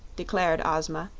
declared ozma,